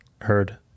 heard